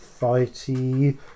Fighty